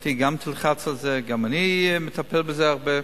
מפלגתי גם תלחץ על זה, גם אני מטפל בזה הרבה.